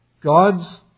God's